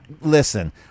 Listen